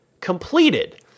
completed